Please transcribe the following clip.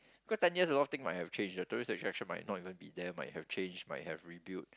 cause ten years a lot of things might have changed your tourist attraction might not even be there might have changed might have rebuilt